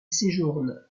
séjourne